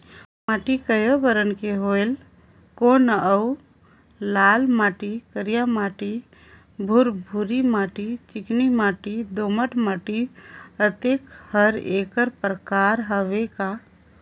माटी कये बरन के होयल कौन अउ लाल माटी, करिया माटी, भुरभुरी माटी, चिकनी माटी, दोमट माटी, अतेक हर एकर प्रकार हवे का?